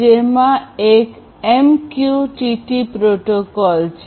જેમાંથી એક MQTT protocol છે